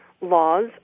laws